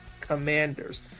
Commanders